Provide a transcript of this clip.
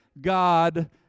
God